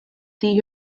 see